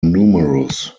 numerous